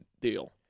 deal